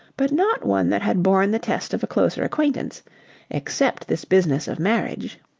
but not one that had borne the test of a closer acquaintance except this business of marriage.